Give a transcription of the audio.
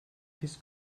his